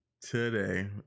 today